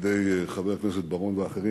על-ידי חבר הכנסת בר-און ואחרים,